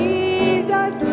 Jesus